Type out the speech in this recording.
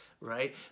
right